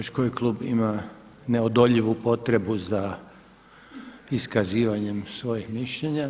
Još koji klub ima neodoljivu potrebu za iskazivanjem svojih mišljenja?